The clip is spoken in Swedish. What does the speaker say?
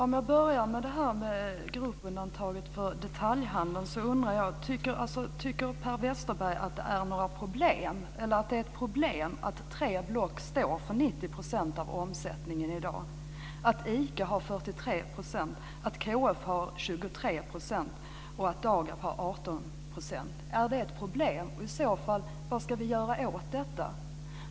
Herr talman! Om jag börjar med gruppundantaget för detaljhandeln kan jag säga att jag undrar om Per Westerberg tycker att det är ett problem att tre block står för 90 % av omsättningen i dag, dvs. att ICA har 43 %, att KF har 23 % och att Dagab har 18 %. Är det ett problem, och vad ska vi i så fall göra åt detta?